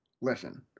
listen